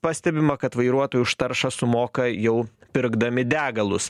pastebima kad vairuotojai už taršą sumoka jau pirkdami degalus